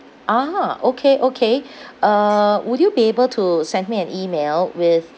ah okay okay uh would you be able to send me an email with